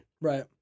Right